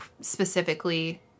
specifically